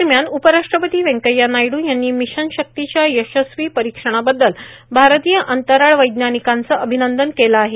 दरम्यान उपराष्ट्रपती वेंकय्या नायडू यांनी मिशन शक्तिच्या यशस्वी परीक्षणाबद्दल भारतीय अंतराळ वैज्ञानिकांचं अभिनंदन केलं आहे